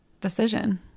decision